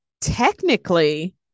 technically